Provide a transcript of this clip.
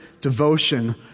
devotion